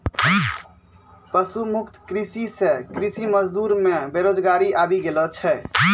पशु मुक्त कृषि से कृषि मजदूर मे बेरोजगारी आबि गेलो छै